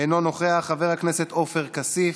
אינו נוכח, חבר הכנסת עופר כסיף,